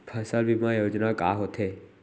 फसल बीमा योजना का होथे?